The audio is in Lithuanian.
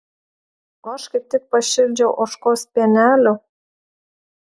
o aš kaip tik pašildžiau ožkos pienelio